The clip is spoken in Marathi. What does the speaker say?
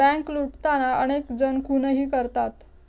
बँक लुटताना अनेक जण खूनही करतात